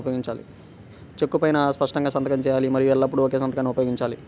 చెక్కు పైనా స్పష్టంగా సంతకం చేయాలి మరియు ఎల్లప్పుడూ ఒకే సంతకాన్ని ఉపయోగించాలి